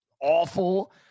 awful